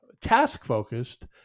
task-focused